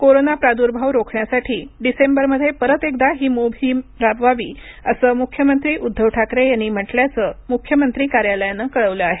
corona प्रादुर्भाव रोखण्यासाठी डिसेंबरमध्ये परत एकदा ही मोहीम राबवावी असं मुख्यमंत्री उद्दव ठाकरे यांनी म्हटल्याचं मुख्यमंत्री कार्यालयानं कळवलं आहे